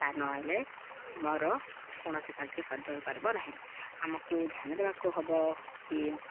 ତା ନହେଲେ ମୋର କୌଣସି କାର୍ଯ୍ୟ ସାଧ୍ୟ ହେଇପାରିବ ନାହିଁ ଆମକୁ ଧ୍ୟାନ ଦେବାକୁ ହବ କି